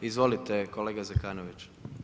Izvolite, kolega Zekanović.